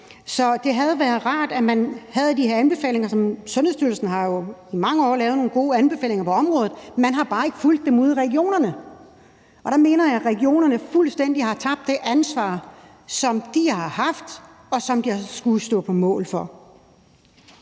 være, der gør, at man har behov for det og har brug for det. Sundhedsstyrelsen har jo i mange år lavet nogle gode anbefalinger på området, men man har bare ikke fulgt dem ude i regionerne, og der mener jeg, at regionerne fuldstændig har tabt det ansvar, som de har haft, og som de har skullet stå på mål for.